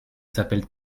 s’appelle